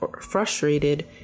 frustrated